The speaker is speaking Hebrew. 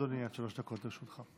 אדוני, עד שלוש דקות לרשותך.